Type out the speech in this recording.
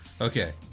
Okay